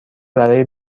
برای